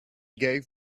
gave